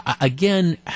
again